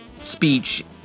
speech